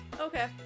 Okay